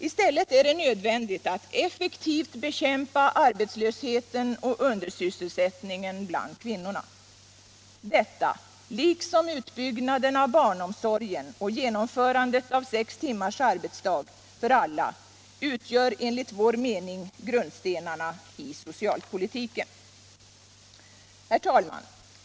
I stället är det nödvändigt att effektivt bekämpa arbetslösheten och undersysselsättningen bland kvinnorna. Detta, liksom utbyggnaden av barnomsorgen och genomförandet av sextimmarsarbetsdagen, utgör enligt vår mening grundstenarna i socialpolitiken. Herr talman!